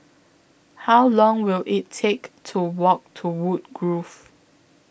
How Long Will IT Take to Walk to Woodgrove